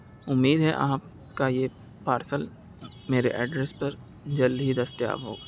اُمید ہے آپ کا یہ پارسل میرے ایڈریس پر جلد ہی دستیاب ہوگا